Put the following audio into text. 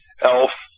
Elf